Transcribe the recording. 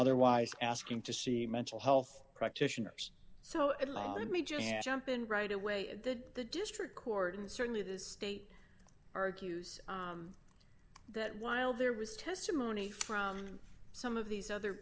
otherwise asking to see mental health practitioners so a lot of me just jump in right away and that the district court and certainly the state argues that while there was testimony from some of these other